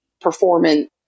performance